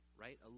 right